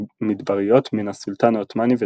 ובמדבריות מן הסולטאן העות'מאני וסוכניו.